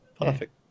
Perfect